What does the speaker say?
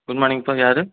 குட்மார்னிங்ப்பா யார்